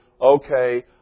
okay